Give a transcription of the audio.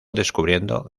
descubriendo